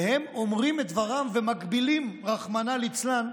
והם אומרים את דברם ומגבילים, רחמנא ליצלן,